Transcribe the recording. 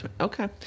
okay